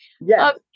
Yes